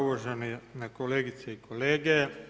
Uvažene kolegice i kolege.